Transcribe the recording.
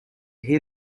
hear